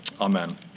Amen